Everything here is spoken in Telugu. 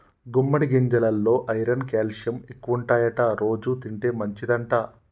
గుమ్మడి గింజెలల్లో ఐరన్ క్యాల్షియం ఎక్కువుంటాయట రోజు తింటే మంచిదంట